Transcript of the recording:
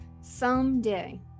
Someday